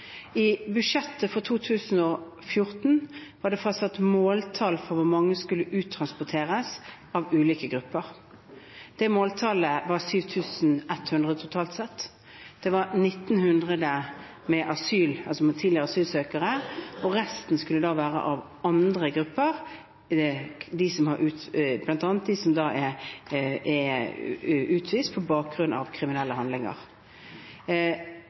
i det tallmaterialet de hadde tilgjengelig. I budsjettet for 2014 var det fastsatt måltall for hvor mange i de ulike gruppene som skulle uttransporteres. Måltallet var 7 100 totalt sett. Det var 1 900 tidligere asylsøkere, og resten skulle da være fra andre grupper, bl.a. dem som er utvist på grunn av kriminelle handlinger.